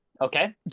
Okay